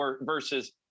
versus